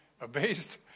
abased